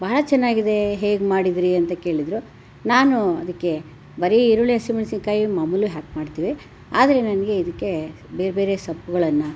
ಬಹಳ ಚೆನ್ನಾಗಿದೆ ಹೇಗೆ ಮಾಡಿದಿರಿ ಅಂತ ಕೇಳಿದರು ನಾನು ಅದಕ್ಕೆ ಬರೀ ಈರುಳ್ಳಿ ಹಸಿಮೆಣಸಿನಕಾಯಿ ಮಾಮೂಲು ಹಾಕಿ ಮಾಡ್ತೀವಿ ಆದರೆ ನನಗೆ ಇದಕ್ಕೆ ಬೇರೆ ಬೇರೆ ಸೊಪ್ಪುಗಳನ್ನ